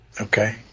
Okay